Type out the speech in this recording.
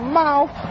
mouth